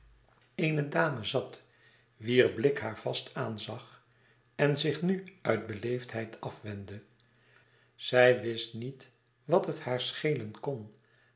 dame zat wier blik haar vast aanzag en zich nu uit beleefdheid afwendde zij wist niet wat het haar schelen kon